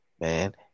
man